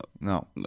No